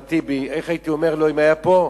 אחמד טיבי, איך הייתי אומר לו אם היה פה?